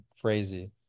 crazy